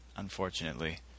Unfortunately